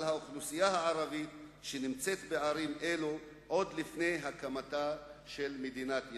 האוכלוסייה הערבית שנמצאת בערים אלה עוד מלפני הקמתה של מדינת ישראל.